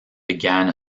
began